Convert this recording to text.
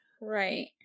Right